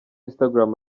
instagram